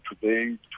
today